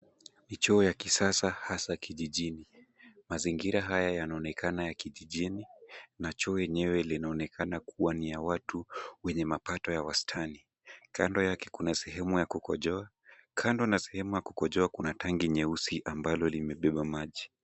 Ni choo ya kisasa hasa kijijini. Mazingira haya yanaonekana ya kijijini na choo yenyewe linaonekana kuwa ni ya watu wenye mapato ya wastani. Kando yake kuna sehemu ya kukojoa, kando na sehemu ya kukojoa kuna tanki nyeusi ambalo limebeba maji.